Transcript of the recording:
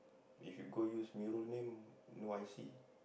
if you go use Mirul name no I_C